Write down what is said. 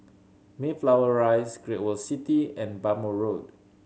Mayflower Rise Great World City and Bhamo Road